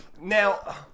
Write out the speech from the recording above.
Now